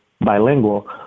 bilingual